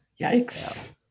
Yikes